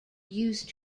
used